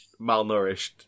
malnourished